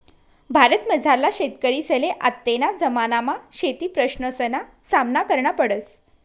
भारतमझारला शेतकरीसले आत्तेना जमानामा शेतीप्रश्नसना सामना करना पडस